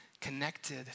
connected